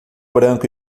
branco